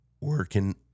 working